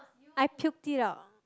I puked it out